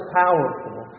powerful